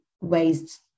ways